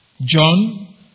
John